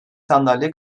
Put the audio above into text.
sandalye